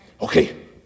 Okay